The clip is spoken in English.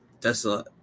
Tesla